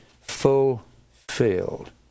fulfilled